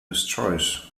destroys